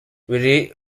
biri